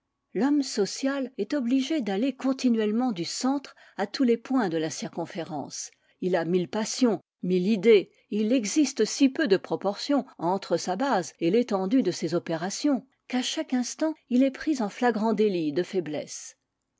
l'homme social est obligé d'aller continuellement du centre à tous les points de la circonférence il a mille passions mille idées et il existe si peu de proportion entre sa base et l'étendue de ses opérations qu'à chaque instant il est pris en flagrant déut de faiblesse